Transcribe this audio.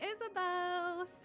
Isabel